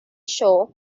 show